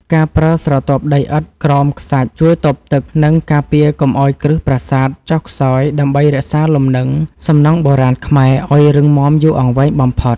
ការប្រើស្រទាប់ដីឥដ្ឋក្រោមខ្សាច់ជួយទប់ទឹក និង ការពារកុំឱ្យគ្រឹះប្រាសាទចុះខ្សោយដើម្បីរក្សាលំនឹងសំណង់បុរាណខ្មែរឱ្យរឹងមាំយូរអង្វែងបំផុត។